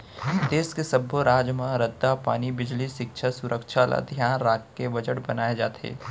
देस के सब्बो राज म रद्दा, पानी, बिजली, सिक्छा, सुरक्छा ल धियान राखके बजट बनाए जाथे